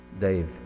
Dave